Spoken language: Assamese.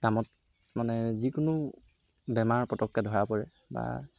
কামত মানে যিকোনো বেমাৰ পটককৈ ধৰা পৰে বা